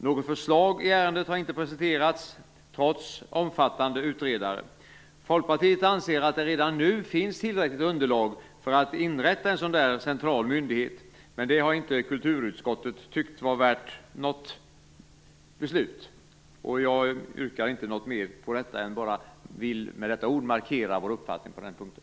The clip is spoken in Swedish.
Något förslag i ärendet har inte presenterats trots omfattande utredande. Folkpartiet anser att det redan nu finns tillräckligt underlag för att inrätta en sådan central myndighet, men kulturutskottet har inte tyckt att det var värt något beslut. Jag har inget yrkande här, men med dessa ord vill jag markera vår uppfattning på den här punkten.